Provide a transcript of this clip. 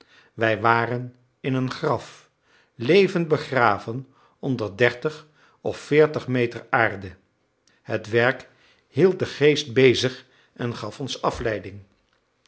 wij waren in een graf levend begraven onder dertig of veertig meter aarde het werk hield den geest bezig en gaf ons afleiding